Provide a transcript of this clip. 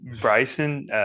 Bryson